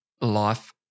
life